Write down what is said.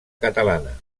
catalana